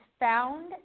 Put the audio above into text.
Found